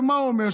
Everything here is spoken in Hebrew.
ומה הוא אומר?